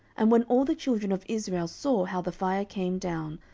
and when all the children of israel saw how the fire came down,